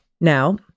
now